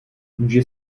může